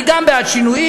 אני גם בעד שינויים,